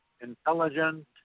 intelligent